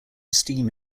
esteem